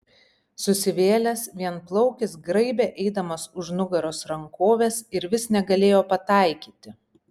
susivėlęs vienplaukis graibė eidamas už nugaros rankoves ir vis negalėjo pataikyti